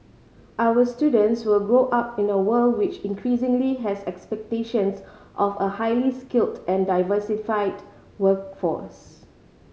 our students will grow up in a world which increasingly has expectations of a highly skilled and diversified workforce